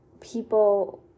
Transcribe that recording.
people